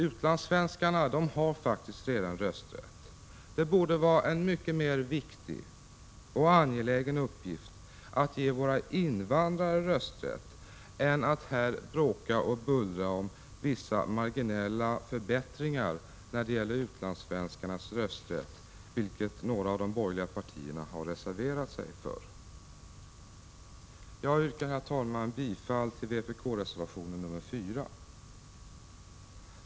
Utlandssvenskar har faktiskt redan rösträtt, och då tycker jag att det borde vara en mycket viktigare och angelägnare uppgift att ge våra invandrare rösträtt än att bråka och bullra om vissa marginella förbättringar i utlandssvenskarnas rösträtt, vilket några av de borgerliga partierna har reserverat sig för. Jag yrkar härmed bifall till vpk:s reservation nr 4.